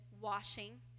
washing